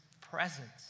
presence